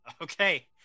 Okay